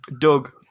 Doug